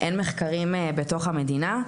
אין מחקרים בתוך המדינה,